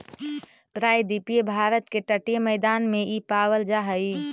प्रायद्वीपीय भारत के तटीय मैदान में इ पावल जा हई